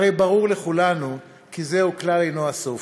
והרי ברור לכולנו שזהו כלל אינו הסוף,